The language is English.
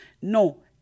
No